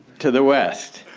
to the west.